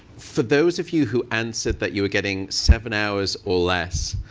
for those of you who answered that you were getting seven hours or less,